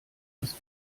ist